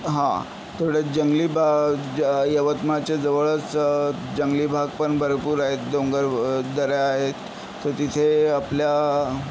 हां थोडे जंगली ब ज यवतमाळच्या जवळच जंगली भाग पण भरपूर आहेत डोंगर व दऱ्या आहेत तर तिथे आपल्या